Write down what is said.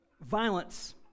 violence